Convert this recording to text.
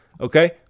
okay